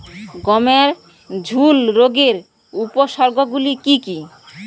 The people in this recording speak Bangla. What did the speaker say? গমের ঝুল রোগের উপসর্গগুলি কী কী?